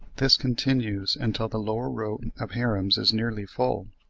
this continues until the lower row of harems is nearly full.